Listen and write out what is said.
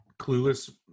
clueless